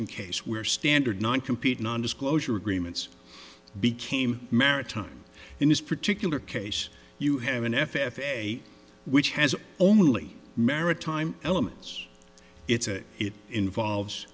on case where standard non competing non disclosure agreements became maritime in this particular case you have an f f a which has only maritime elements it's a it involves